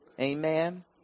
Amen